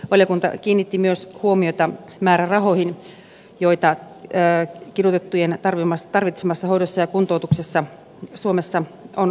valiokunta kiinnitti myös huomiota määrärahoihin joita kidutettujen tarvitsemaan hoitoon ja kuntoutukseen suomessa on käytössä